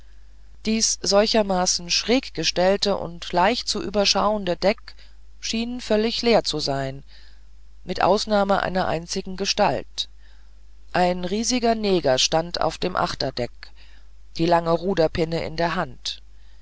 dies solchermaßen schräg gestellte und leicht zu überschauende deck schien völlig leer zu sein mit ausnahme einer einzigen gestalt ein riesiger neger stand auf dem achterdeck die lange ruderpinne in der hand